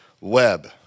web